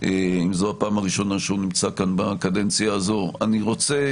זו הפעם הראשונה שהוא נמצא כאן בקדנציה הזו.